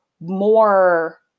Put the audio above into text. more